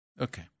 Okay